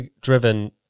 driven